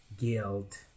guilt